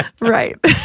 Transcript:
Right